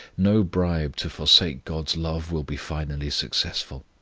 no bribe to forsake god's love will be finally successful.